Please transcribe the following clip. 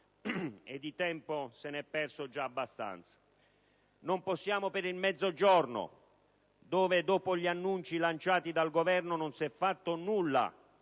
e di tempo se ne è perso già abbastanza! Non possiamo farlo per il Mezzogiorno dove, dopo gli annunci lanciati dal Governo, non si è fatto nulla,